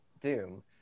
Doom